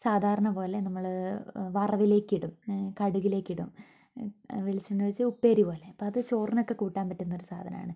സാധാരണ പോലെ നമ്മൾ വറവിലേക്ക് ഇടും കടുകിലേക്കിടും വെളിച്ചെണ്ണ ഒഴിച്ച് ഉപ്പേരിപോലെ അപ്പോൾ അത് ചോറിനൊക്കെ കൂട്ടാൻ പറ്റുന്ന ഒരു സാധനമാണ്